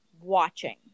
watching